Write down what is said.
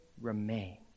remain